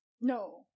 No